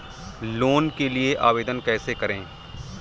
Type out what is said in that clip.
Loan के लिए आवेदन कैसे करें?